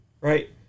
Right